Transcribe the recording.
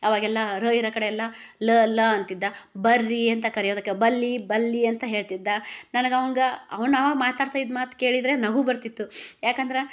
ಅವಾಗೆಲ್ಲಾ ರ ಇರೋ ಕಡೆ ಎಲ್ಲ ಲ ಲ ಅಂತಿದ್ದ ಬರ್ರಿ ಅಂತ ಕರಿಯೋದಕ್ಕೆ ಬಲ್ಲಿ ಬಲ್ಲಿ ಅಂತ ಹೇಳ್ತಿದ್ದ ನನಗೆ ಅವಂಗ ಅವ್ನು ಅವಾಗ್ ಮಾತಾಡ್ತಾ ಇದ್ದ ಮಾತು ಕೇಳಿದರೆ ನಗು ಬರ್ತಿತ್ತು ಯಾಕಂದ್ರೆ